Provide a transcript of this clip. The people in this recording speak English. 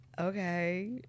Okay